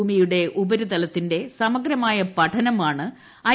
ഭൂമിയുടെ ഉപരിതല്പ്തിന്റെ സമഗ്രമായ പഠനമാണ് ഐ